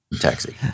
Taxi